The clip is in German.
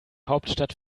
hauptstadt